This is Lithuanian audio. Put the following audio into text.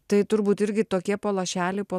tai turbūt irgi tokie po lašelį po